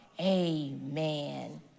Amen